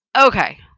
okay